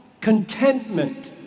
contentment